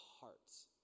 hearts